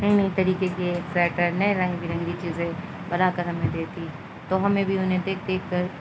نئی نئی طریقے کے ایکسٹر نئے رنگ ب رنگی چیزیں بنا کر ہمیں دیتی تو ہمیں بھی انہیں دیکھ دیکھ کر